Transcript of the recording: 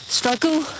struggle